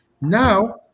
Now